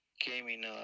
gaming